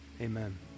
Amen